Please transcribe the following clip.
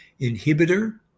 inhibitor